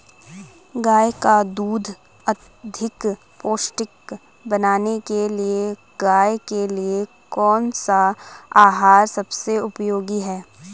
गाय का दूध अधिक पौष्टिक बनाने के लिए गाय के लिए कौन सा आहार सबसे उपयोगी है?